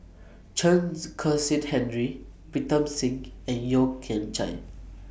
Chen Kezhan Henri Pritam Singh and Yeo Kian Chai